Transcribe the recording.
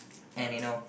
and you know